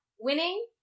winning